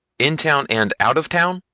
in town and out of town?